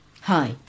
hi